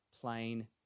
plain